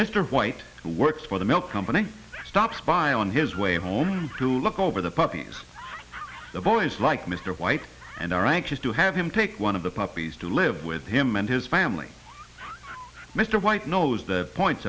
mr white who works for the milk company stopped by on his way home to look over the puppies the boys like mr white and are anxious to have him take one of the puppies to live with him and his family mr white knows the points